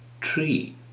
tree